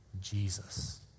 Jesus